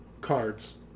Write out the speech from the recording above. cards